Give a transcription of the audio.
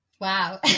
Wow